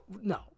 No